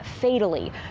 fatally